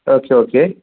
okay okay